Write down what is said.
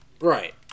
Right